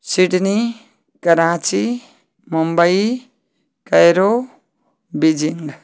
Sydney Karachi Mumbai Cairo Beijing